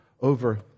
over